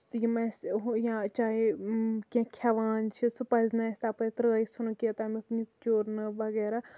یِم اَسہِ ہُہ یا چاہے کیٚنہہ کھٮ۪وان چھِ سُہ پَزِ نہٕ اَسہِ تَپٲری ترٲوِتھ ژھنُن کیٚنہہ تَمیُک نیُک چوٗرنہٕ وَغیرہ